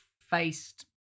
faced